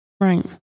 Right